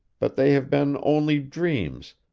but they have been only dreams,